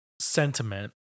sentiment